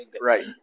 Right